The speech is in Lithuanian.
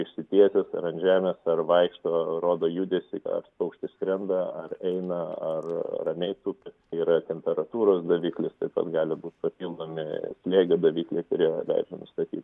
išsitiesęs ar ant žemės ar vaikšto rodo judesį ar paukštis skrenda ar eina ar ramiai tupi yra temperatūros daviklis taip pat gali būt papildomi slėgio davikliai kurie leidžia nustatyt